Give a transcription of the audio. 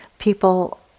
People